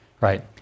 right